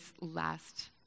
last